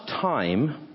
time